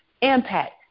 impact